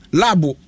labo